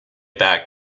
back